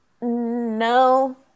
no